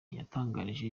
yatangarije